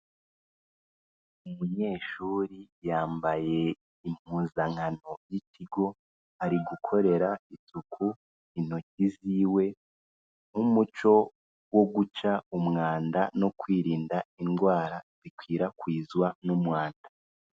Umunyeshuri yambaye impuzankano y'ikigo ari gukorera isuku intoki ziwe nk'umuco wo guca umwanda no kwirinda indwara zikwirakwizwa n'umwanda.